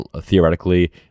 theoretically